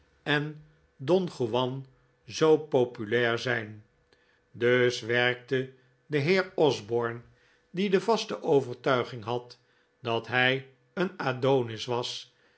en don juan zoo populair zijn dus werkte de heer osborne die de vaste overtuiging had dat hij een adonis was